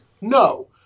No